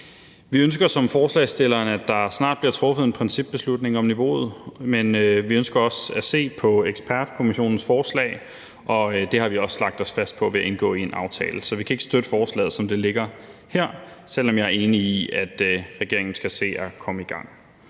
Vi ønsker ligesom forslagsstilleren, at der snart bliver truffet en principbeslutning om niveauet, men vi ønsker også at se på ekspertgruppens forslag, og det har vi også lagt os fast på ved at indgå i en aftale. Så vi kan ikke støtte forslaget, som det ligger her, selv om jeg er enig i, at regeringen skal se at komme i gang.